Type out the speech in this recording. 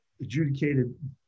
adjudicated